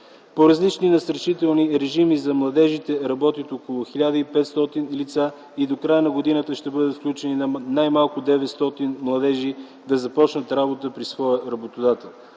По различни насърчителни режими за младежите работят около 1500 лица и до края на годината ще бъдат включени най-малко 900 младежи да започнат работа при своя работодател.